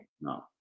no